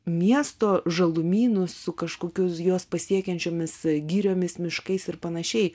miesto žalumynus su kažkokiu juos pasiekiančiomis giriomis miškais ir panašiai